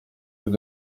vous